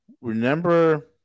Remember